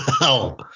Wow